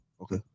Okay